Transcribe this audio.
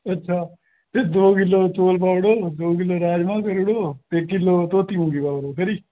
ते दौ किलो चौल पाई ओड़ेओ दौ किलो राजमांह् करी ओड़ेओ ते किलो धोती मूंगी दी दाल करी ओड़ेओ खरी